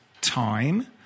time